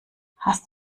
hast